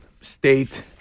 state